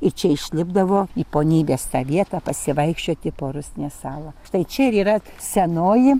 ir čia išlipdavo į ponybės tą vietą pasivaikščioti po rusnės salą štai čia ir yra senoji